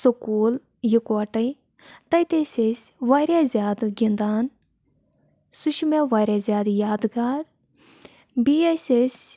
school یِکوٹَے تَتہِ ٲسۍ أسۍ واریاہ زیادٕ گِنٛدان سُہ چھُ مےٚ واریاہ زیادٕ یادگار بیٚیہِ ٲسۍ أسۍ